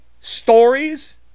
stories